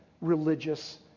religious